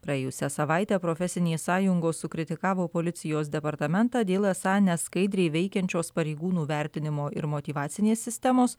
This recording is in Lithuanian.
praėjusią savaitę profesinės sąjungos sukritikavo policijos departamentą dėl esą neskaidriai veikiančios pareigūnų vertinimo ir motyvacinės sistemos